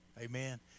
Amen